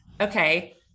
okay